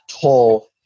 toll